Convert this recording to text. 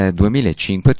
2005